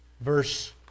verse